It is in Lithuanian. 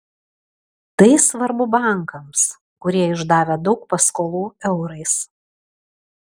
tai svarbu bankams kurie išdavę daug paskolų eurais